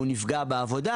הוא נפגע בעבודה